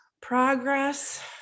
progress